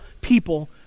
people